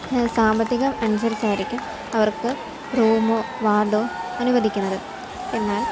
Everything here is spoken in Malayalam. സാമ്പത്തികം അനുസരിച്ചായിരിക്കും അവർക്ക് റൂം വാർഡോ അനുവദിക്കുന്നത് എന്നാൽ